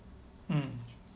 mm